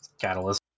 catalyst